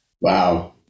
Wow